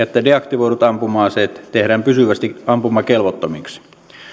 että deaktivoidut ampuma aseet tehdään pysyvästi ampumakelvottomiksi